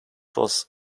was